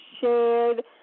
shared